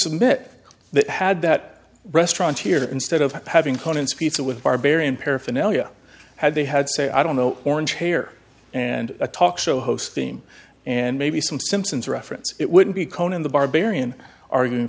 submit that had that restaurant here instead of having conan's pizza with barbarian paraphernalia had they had say i don't know orange hair and a talk show host theme and maybe some simpsons reference it wouldn't be conan the barbarian are going